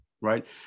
Right